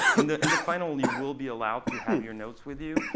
in the in the final, you will be allowed to have your notes with you.